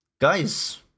guys